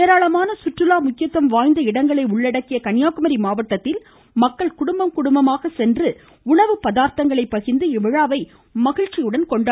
ஏராளமான சுற்றுலா முக்கியத்துவம் வாய்ந்த இடங்களை உள்ளடக்கிய கன்னியாகுமரி மாவட்டத்தில் மக்கள் குடும்பத்துடன் சென்று உணவு பதார்த்தங்களை பகிர்ந்து இவ்விழாவை மகிழ்ச்சியாக கொண்டினர்